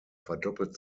verdoppelt